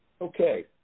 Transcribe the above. Okay